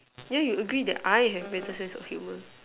yeah you agree that I have better sense of humour